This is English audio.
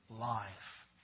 life